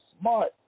smart